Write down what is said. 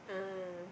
ah